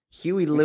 Huey